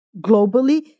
globally